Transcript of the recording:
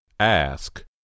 Ask